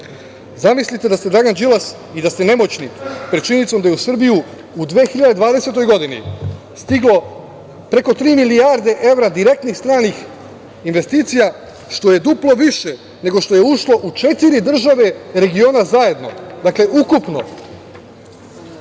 Zamislite da ste Dragan Đilas i da ste nemoćni pred činjenicom da je u Srbiju u 2020. godini stiglo preko tri milijarde evra direktnih stranih investicija, što je duplo više nego što je ušlo u četiri države regiona zajedno, dakle